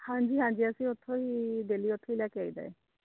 ਹਾਂਜੀ ਹਾਂਜੀ ਅਸੀਂ ਉੱਥੋਂ ਹੀ ਡੇਲੀ ਉੱਥੇ ਹੀ ਲੈ ਕੇ ਆਈ ਦਾ